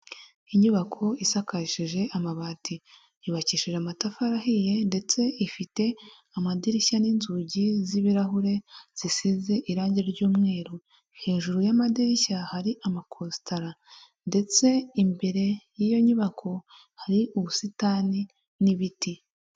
Inyubako isakashijije amabati yubakishije amatafari ahiye ndetse ifite amadirishya n'inzugi z'ibirahure zisize irangi ry'umweru, hejuru y'amadirishya hari amakositara ndetse imbere y'iyo nyubako hari ubusitani n'ibiti.